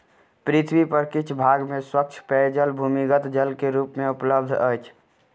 पृथ्वी पर किछ भाग में स्वच्छ पेयजल भूमिगत जल के रूप मे उपलब्ध अछि